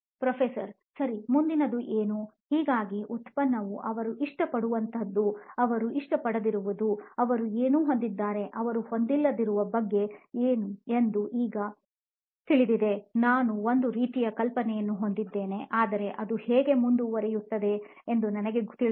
professor ಸರಿ ಮುಂದಿನದು ಏನು ಹಾಗಾಗಿ ಉತ್ಪನ್ನವು ಅವರು ಇಷ್ಟಪಡುವಂತಹದ್ದು ಅವರು ಇಷ್ಟಪಡದಿರುವುದು ಅವರು ಏನು ಹೊಂದಿದ್ದಾರೆ ಮತ್ತು ಅವರು ಹೊಂದಿಲ್ಲದಿರುವ ಬಗ್ಗೆ ಎಂದು ಈಗ ನನಗೆ ತಿಳಿದಿದೆ ನಾನು ಒಂದು ರೀತಿಯ ಕಲ್ಪನೆಯನ್ನು ಹೊಂದಿದ್ದೇನೆ ಆದರೆ ಅದು ಹೇಗೆ ಮುಂದುವರಿಯುತ್ತದೆ ಎಂದು ನನಗೆ ತಿಳಿದಿಲ್ಲ